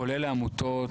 כולל העמותות,